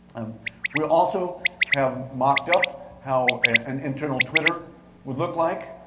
we also have mocked up how an internal twitter would look like.